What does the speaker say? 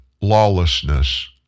lawlessness